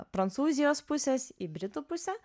prancūzijos pusės į britų pusę